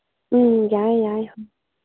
ꯎꯝ ꯌꯥꯏ ꯌꯥꯏ